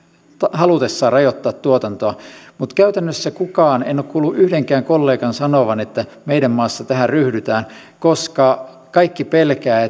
halutessaan rajoittaa tuotantoa mutta käytännössä en ole kuullut yhdenkään kollegan sanovan että meidän maassa tähän ryhdytään koska kaikki pelkäävät